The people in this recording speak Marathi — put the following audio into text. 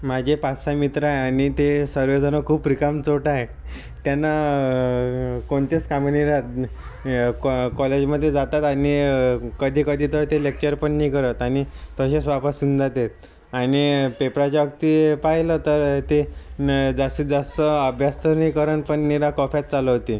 माझे पाचसहा मित्र आहे आणि ते सर्वजण खूप रिकामचोट आहे त्यांना कोणतीच कामं नाही राहात कॉ कॉ कॉलेजमधे जातात आणि कधीकधी तर ते लेक्चरपण नाही करत आणि तशेच वापस येऊन जातात आणि पेपराच्या वक्ती पाहिलं तर ते न जास्तीत जास्त अभ्यास तर नाही करत पण निरा कॉप्याच चालवते